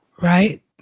Right